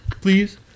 please